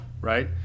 right